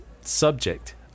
subject